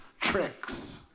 Tricks